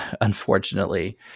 unfortunately